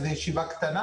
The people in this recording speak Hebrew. זה ישיבה קטנה